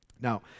Now